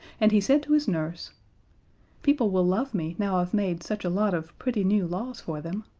and he said to his nurse people will love me now i've made such a lot of pretty new laws for them.